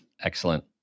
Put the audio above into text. Excellent